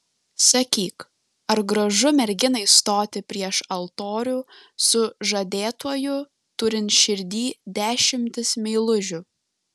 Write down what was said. sakyk ar gražu merginai stoti prieš altorių su žadėtuoju turint širdyj dešimtis meilužių